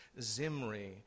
Zimri